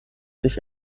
sich